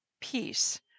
peace